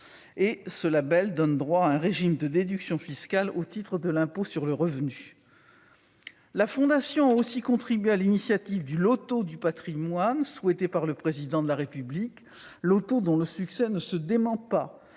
label qui donne droit à un régime de déductions fiscales au titre de l'impôt sur le revenu. La Fondation a aussi contribué à l'initiative du loto du patrimoine, souhaité par le Président de la République, dont le succès ne se dément pas